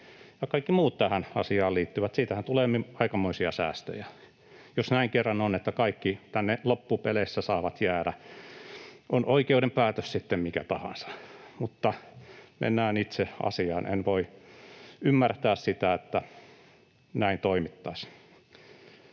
kaikki muut tähän asiaan liittyvät. Siitähän tulee aikamoisia säästöjä — jos näin kerran on, että kaikki tänne loppupeleissä saavat jäädä, on oikeuden päätös sitten mikä tahansa. Mutta mennään itse asiaan — en voi ymmärtää sitä, että noin toimittaisiin.